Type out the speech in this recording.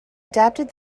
adapted